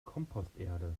komposterde